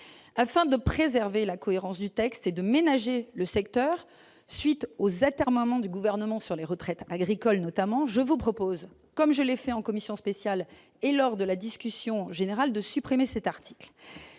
afin de préserver la cohérence du texte et de ménager le secteur suite aux atermoiements du gouvernement sur les retraites agricoles notamment, je vous propose, comme je l'ai fait en commission spéciale et lors de la discussion générale de supprimer cet article,